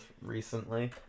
recently